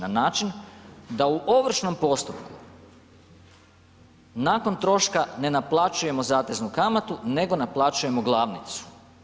Na način da u ovršnom postupku nakon troška ne naplaćujemo zateznu kamatu nego naplaćujemo glavnicu.